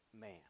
man